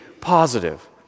positive